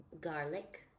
Garlic